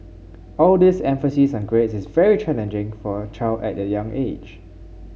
all this emphasis on grades is very challenging for a child at a young age